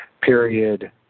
period